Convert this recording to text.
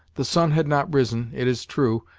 the sun had not risen, it is true,